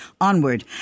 onward